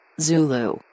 Zulu